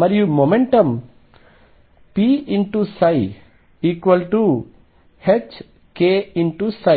మరియు momentum pψℏk ψ